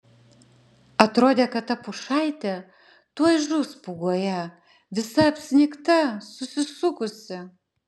atrodė kad ta pušaitė tuoj žus pūgoje visa apsnigta susisukusi